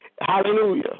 hallelujah